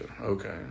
Okay